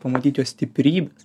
pamatyt jo stiprybes